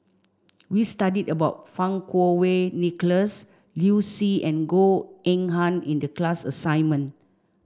we studied about Fang Kuo Wei Nicholas Liu Si and Goh Eng Han in the class assignment